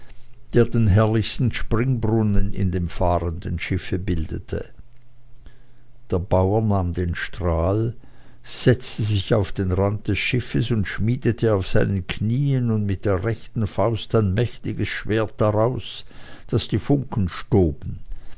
der den herrlichsten springbrunnen in dem fahrenden schifflein bildete der bauer nahm den strahl setzte sich auf den rand des schiffes und schmiedete auf seinen knien und mit der rechten faust ein mächtiges schwert daraus daß die funken stoben